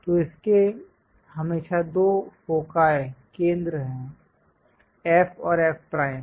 तो इसके हमेशा दो फोकाई केंद्र है F और F प्राइम